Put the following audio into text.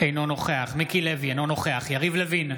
אינו נוכח מיקי לוי, אינו נוכח יריב לוין,